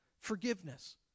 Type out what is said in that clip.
Forgiveness